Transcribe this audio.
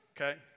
Okay